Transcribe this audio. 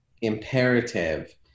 imperative